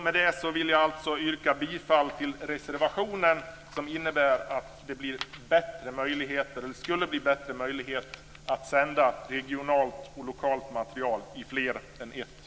Med detta yrkar jag bifall till den reservation som är fogad till betänkandet och som innebär att det skulle bli större möjligheter att sända regionalt och lokalt material i fler än ett område.